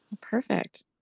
Perfect